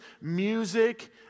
music